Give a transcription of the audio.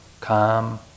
calm